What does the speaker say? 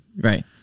Right